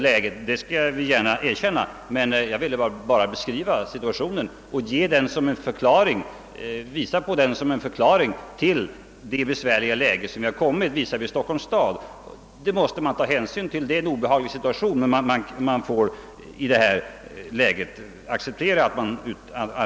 Jag har bara pekat på en förklaring till det besvärliga läget vi hamnat i och som bl.a. inneburit komplikationer med Stockholms stad.